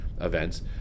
events